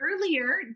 earlier